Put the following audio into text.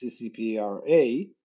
CCPRA